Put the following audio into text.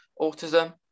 autism